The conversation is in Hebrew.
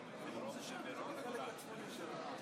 אני מודיע שהצעת האי-אמון לא